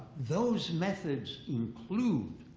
those methods include,